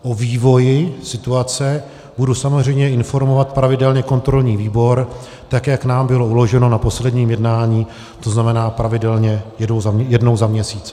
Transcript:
O vývoji situace budu samozřejmě informovat pravidelně kontrolní výbor tak, jak nám bylo uloženo na posledním jednání, to znamená, pravidelně jednou za měsíc.